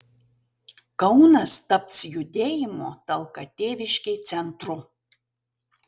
kaunas taps judėjimo talka tėviškei centru